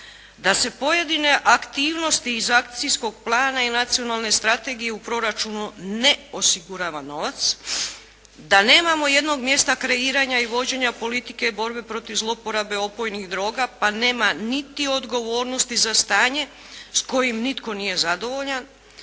da se pojedine aktivnosti iz akcijskog plana i nacionalne strategije u proračunu ne osigurava novac, da nemamo jednog mjesta kreiranja i vođenja politike i borbe protiv zloporabe opojnih droga pa nema niti odgovornosti za stanje s kojim nitko nije zadovoljan